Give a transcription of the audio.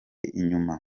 inyuma